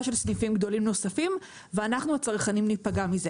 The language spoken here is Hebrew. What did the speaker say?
של סניפים גדולים נוספים ואנחנו הצרכנים ניפגע בזה.